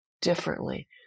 Differently